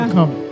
Come